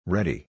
Ready